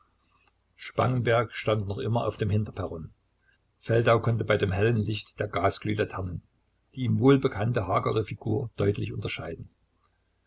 spangenberg stand noch immer auf dem hinterperron feldau konnte bei dem hellen licht der gasglühlaternen die ihm wohlbekannte hagere figur deutlich unterscheiden